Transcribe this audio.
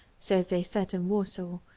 so they said in warsaw,